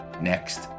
next